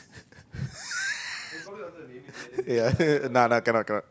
yeah nah nah cannot cannot